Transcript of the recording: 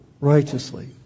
righteously